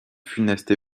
funeste